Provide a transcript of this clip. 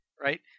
Right